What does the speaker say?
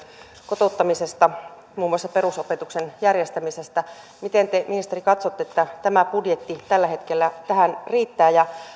kotouttamisesta muun muassa perusopetuksen järjestämisestä miten te ministeri katsotte että tämä budjetti tällä hetkellä tähän riittää